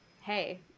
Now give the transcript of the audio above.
hey